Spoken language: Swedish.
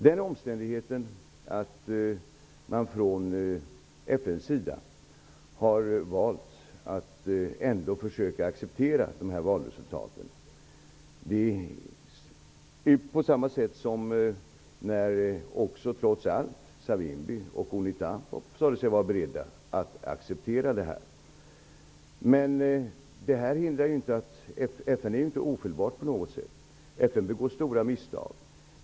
FN har valt att ändå försöka acceptera dessa valresultat på samma sätt som också Savimbi och Unita trots allt sade sig vara beredda att acceptera dem. Men FN är ju inte ofelbart på något sätt. FN begår stora misstag.